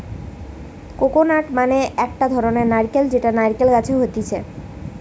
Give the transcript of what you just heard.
coconut মানে একটো ধরণের নারকেল যেটা নারকেল গাছে হতিছে